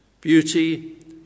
Beauty